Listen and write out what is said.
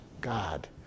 God